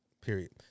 Period